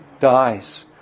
dies